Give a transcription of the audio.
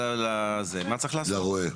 לרועה.